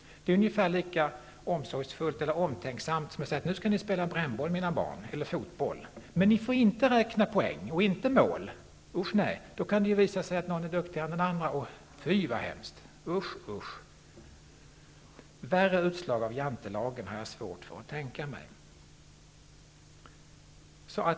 Det är ungefär lika omtänksamt som att säga till dem: Nu skall ni spela fotboll, mina barn, men ni får inte räkna poäng, inte mål. Då kan det visa sig att någon är duktigare än de andra. Fy vad hemskt, usch, usch! Ett värre utslag av Jantelagen har jag svårt att tänka mig.